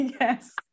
Yes